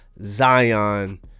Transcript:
Zion